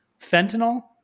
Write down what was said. fentanyl